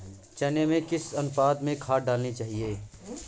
चने में किस अनुपात में खाद डालनी चाहिए?